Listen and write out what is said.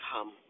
come